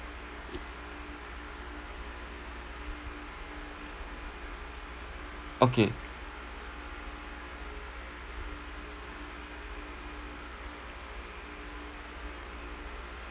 okay